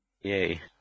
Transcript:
Yay